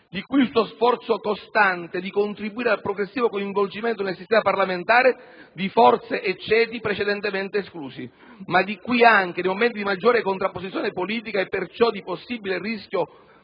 Di qui il suo sforzo costante di contribuire al progressivo coinvolgimento nel sistema parlamentare di forze e ceti precedentemente esclusi; ma di qui anche, nei momenti di maggiore contrapposizione politica e, perciò, di possibile rischio